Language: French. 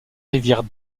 rivière